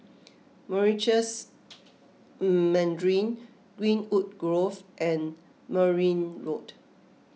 Meritus Mandarin Greenwood Grove and Merryn Road